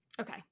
Okay